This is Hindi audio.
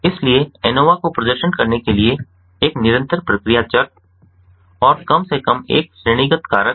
इसलिए एनोवा को प्रदर्शन करने के लिए एक निरंतर प्रतिक्रिया चर और कम से कम एक श्रेणीगत कारक होना चाहिए